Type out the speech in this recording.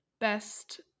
best